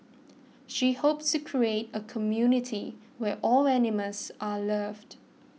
she hopes to create a community where all animals are loved